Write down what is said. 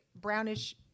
brownish